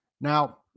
now